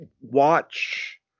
watch